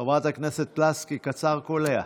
חברת הכנסת לסקי, קצר וקולע.